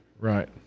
Right